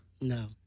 no